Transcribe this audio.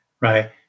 right